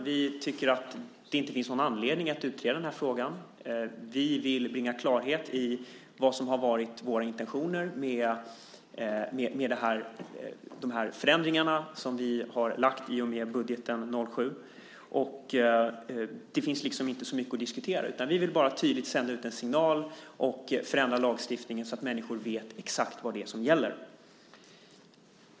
Vi tycker att det inte finns någon anledning att utreda den här frågan. Vi vill bringa klarhet i vad som har varit våra intentioner med de förändringar som vi lagt fram i och med budgeten för 2007. Det finns inte så mycket att diskutera. Vi vill bara tydligt sända ut en signal och förändra lagstiftningen så att människor vet exakt vad det är som gäller.